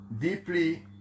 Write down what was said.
deeply